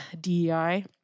DEI